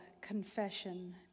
confession